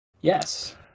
Yes